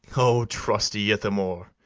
o trusty ithamore!